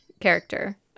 character